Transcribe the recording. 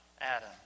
Adam